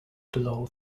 below